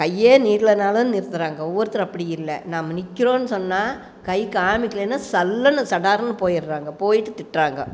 கையே நீட்லனாலும் நிறுத்துறாங்க ஒவ்வொருத்தர் அப்படி இல்லை நம்ம நிற்கிறோன் சொன்னால் கை காமிக்கிலைனா சல்லுன்னு சடாருன்னு போயிடுறாங்க போயிவிட்டு திட்டுறாங்க